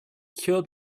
cured